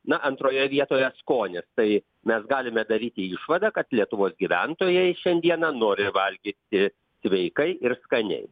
na antroje vietoje skonis tai mes galime daryti išvadą kad lietuvos gyventojai šiandieną nori valgyti sveikai ir skaniai